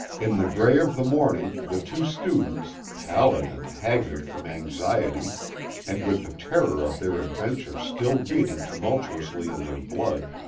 in the gray of the morning the two students, pallid and haggard from anxiety and with the terror of their adventure still beating tumultuously in their blood,